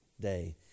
day